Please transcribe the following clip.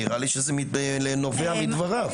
נראה לי שזה נובע מדבריו.